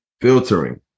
filtering